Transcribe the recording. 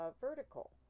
vertical